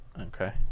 Okay